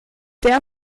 der